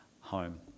home